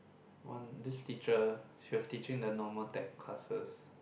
one this teacher she was teaching in the normal tech classes